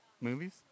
movies